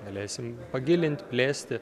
galėsim pagilinti plėsti